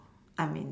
I mean